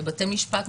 ובתי משפט,